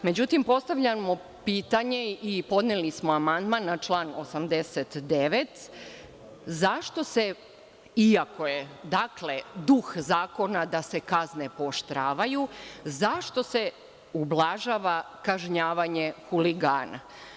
Međutim, postavljamo pitanje i podneli smo amandman na član 89. – zašto se, iako je, dakle, duh zakona da se kazne pooštravaju, zašto se ublažava kažnjavanje huligana?